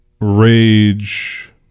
rage